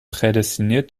prädestiniert